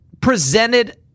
presented